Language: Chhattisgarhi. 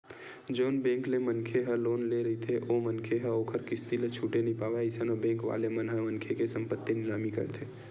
जउन बेंक ले मनखे ह लोन ले रहिथे ओ मनखे ह ओखर किस्ती ल छूटे नइ पावय अइसन म बेंक वाले मन ह मनखे के संपत्ति निलामी करथे